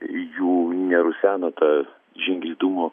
jų nerusena ta žingeidumo